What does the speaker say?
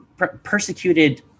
persecuted